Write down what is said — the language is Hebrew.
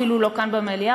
אפילו לא כאן במליאה,